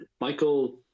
Michael